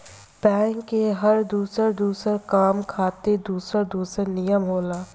bank के हर दुसर दुसर काम खातिर दुसर दुसर नियम होला